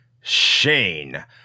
Shane